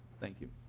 thank you.